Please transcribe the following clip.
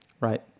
Right